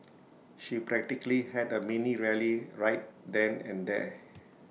she practically had A mini rally right then and there